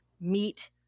meet